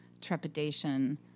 trepidation